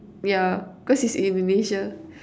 yeah cause it's Indonesia